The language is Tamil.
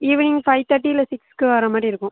ஈவ்னிங் ஃபைவ் தேர்ட்டி இல்லை சிக்ஸ்க்கு வர மாதிரி இருக்கும்